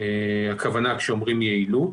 הכוונה כשאומרים "יעילות".